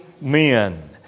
men